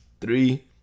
Three